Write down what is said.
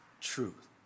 truth